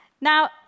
Now